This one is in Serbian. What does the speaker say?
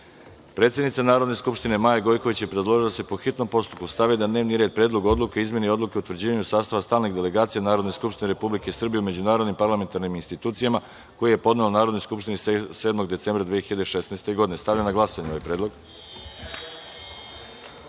predlog. Predsednica Narodne Skupštine Maja Gojković, predložila je da se po hitnom postupku stavi na dnevni red – Predlog odluke o izmeni Odluke o utvrđivanju sastava stalnih delegacija Narodne skupštine Republike Srbije u međunarodnim parlamentarnim institucijama, koji je podnela Narodnoj skupštini 7. decembra 2016. godine. Stavljam na glasanje ovaj